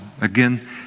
Again